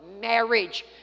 marriage